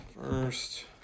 first